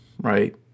right